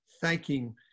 thanking